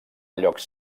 llocs